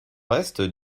reste